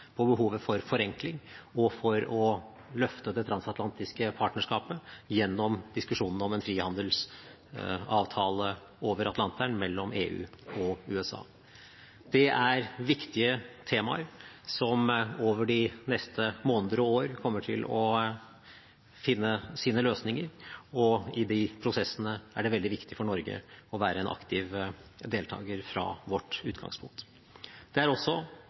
på behovet for forenkling og for å løfte det transatlantiske partnerskapet gjennom diskusjonen om en frihandelsavtale over Atlanteren mellom EU og USA. Det er viktige temaer som over de neste måneder og år kommer til å finne sine løsninger, og i de prosessene er det veldig viktig for Norge å være en aktiv deltaker fra vårt utgangspunkt. Det er også